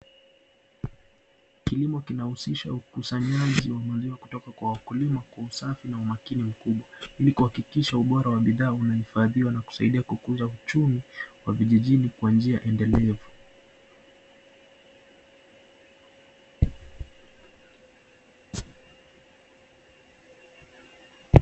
Kilimo kinahusisha ukusanyaji wa maziwa kutoka kwa wakulima kwa usafi na umakini mkubwa ili kuhakikisha ubora wa bidhaa unahifadhiwa na kusaidia kukuza uchumi wa vijijini kwa njia endelevu.